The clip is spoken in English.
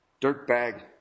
dirtbag